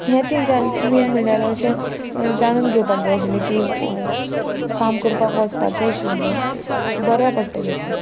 हे तिनच्यान मेन म्हणल्यार अशें जाणून घेवपाक जाय आशिल्ले की काम करपाक वचपाचें आशिल्ले बऱ्या पडटलें आशिल्ले